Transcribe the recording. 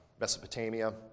Mesopotamia